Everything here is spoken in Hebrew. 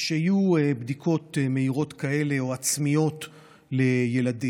כשיהיו בדיקות מהירות כאלה או עצמיות לילדים,